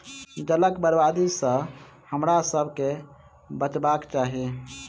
जलक बर्बादी सॅ हमरासभ के बचबाक चाही